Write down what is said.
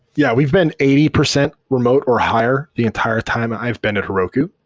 yeah, we've been eighty percent remote or higher the entire time i've been at heroku.